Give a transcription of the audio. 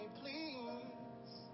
please